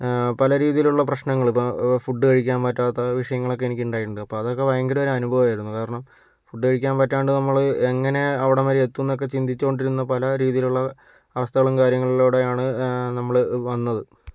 പല രീതിയിലുള്ള പ്രശ്നങ്ങൾ ഇപ്പോൾ ഫുഡ് കഴിക്കാൻ പറ്റാത്ത വിഷയങ്ങളൊക്കെ എനിക്ക് ഉണ്ടായിട്ടുണ്ട് അപ്പോൾ അതൊക്കെ എനിക്ക് ഭയങ്കര അനുഭവമായിരുന്നു കാരണം ഫുഡ് കഴിക്കാൻ പറ്റാണ്ട് നമ്മള് എങ്ങനെ അവിടെ വരെ ഒക്കെ എത്തുമെന്ന് ചിന്തിച്ചു കൊണ്ടിരുന്ന പല രീതിയിലുള്ള അവസ്ഥകളും കാര്യങ്ങളിലൂടെയാണ് നമ്മൾ വന്നത്